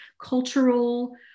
cultural